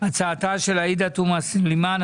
הצעתה של עאידה תומאס לימן.